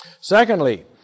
Secondly